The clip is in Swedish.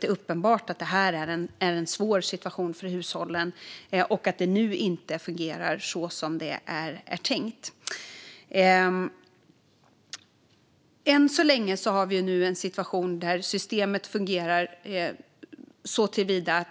Det är uppenbart att det är en situation för hushållen och att det nu inte fungerar som det är tänkt. Än så länge har vi en situation där systemet fungerar så till vida att